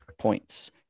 points